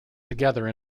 together